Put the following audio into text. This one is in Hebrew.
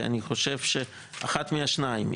כי אני חושב שאחד מהשניים.